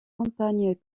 campagnes